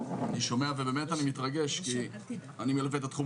אני שומע ומתרגש כי אני מלווה את התחום